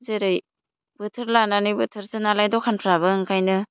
जेरै बोथोर लानानै बोथोरसो नालाय द'खानफ्राबो ओंखायनो